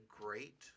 great